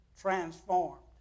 transformed